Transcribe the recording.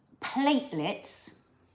platelets